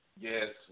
Yes